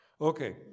Okay